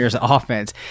offense